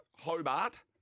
Hobart